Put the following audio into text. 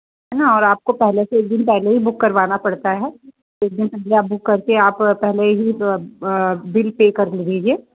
है ना और आपको पहले से ही एक दिन पहले से ही बुक करवाना पड़ता है कुछ दिन पहले आप बुक करते आप पहले ही बिल पर कर दीजिए